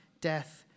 death